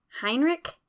Heinrich